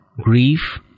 grief